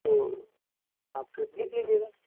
तो आप फिर देख लीजिएगा